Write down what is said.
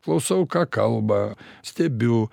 klausau ką kalba stebiu